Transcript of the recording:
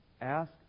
Ask